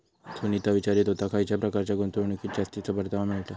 सुनीता विचारीत होता, खयच्या प्रकारच्या गुंतवणुकीत जास्तीचो परतावा मिळता?